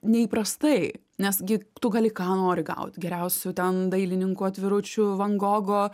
neįprastai nes gi tu gali ką nori gaut geriausių ten dailininkų atviručių van gogo